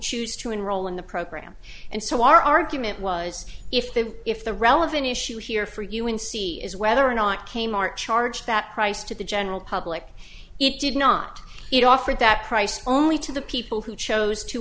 choose to enroll in the program and so our argument was if the if the relevant issue here for you in c is whether or not k mart charged that price to the general public it did not it offered that price only to the people who chose to